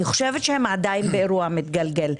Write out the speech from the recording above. אני חושבת שהם עדיין באירוע מתגלגל,